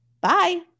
Bye